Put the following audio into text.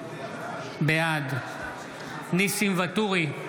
בעד ניסים ואטורי,